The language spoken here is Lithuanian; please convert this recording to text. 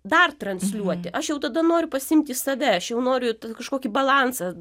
dar transliuoti aš jau tada noriu pasiimt į save aš jau noriu kažkokį balansą